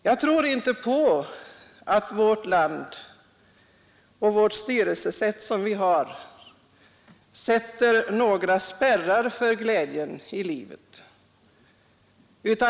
Jag tror inte på talet om att vårt land med dess styrelsesätt sätter upp några spärrar för glädjen i livet.